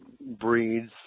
breeds